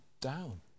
down